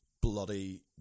Bloody